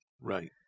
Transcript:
Right